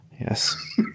Yes